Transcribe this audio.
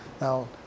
Now